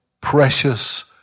precious